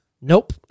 nope